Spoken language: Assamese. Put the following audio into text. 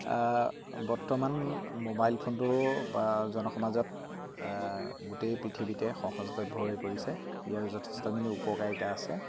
বৰ্তমান মোবাইল ফোনটো বা জনসমাজত গোটেই পৃথিৱীতে সহজলভ্য হৈ পৰিছে ইয়াৰ যথেষ্টখিনি উপকাৰিতা আছে